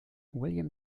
william